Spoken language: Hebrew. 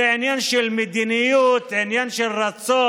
זה עניין של מדיניות, עניין של רצון,